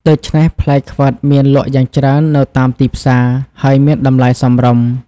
ដូច្នេះ ផ្លែខ្វិតមានលក់យ៉ាងច្រើននៅតាមទីផ្សារ ហើយមានតម្លៃសមរម្យ។